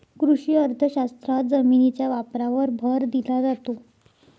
कृषी अर्थशास्त्रात जमिनीच्या वापरावर भर दिला जातो